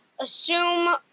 assume